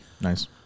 Nice